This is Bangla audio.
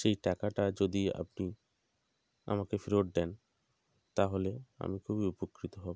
সেই টাকাটা যদি আপনি আমাকে ফেরত দেন তাহলে আমি খুবই উপকৃত হব